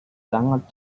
sangat